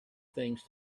things